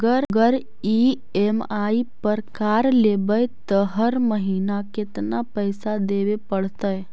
अगर ई.एम.आई पर कार लेबै त हर महिना केतना पैसा देबे पड़तै?